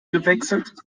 gewechselt